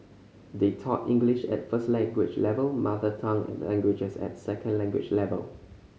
they taught English at first language level mother tongue languages at second language level